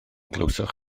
glywsoch